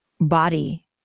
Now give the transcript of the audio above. body